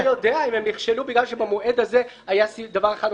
אבל אתה לא יודע אם הם נכשלו בגלל שבמועד הזה היה דבר אחד.